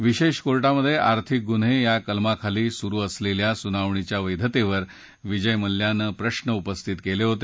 विशेष कोर्टात आर्थिक गुन्हे या कलमाखाली सुरु असलेल्या सुनावणीच्या वैधतेवर विजय मल्ल्यानं प्रश्न उपस्थित केले होते